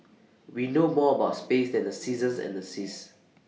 we know more about space than the seasons and the seas